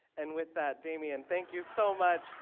and with that damian thank you so much,